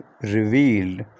revealed